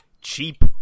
Cheap